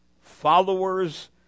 Followers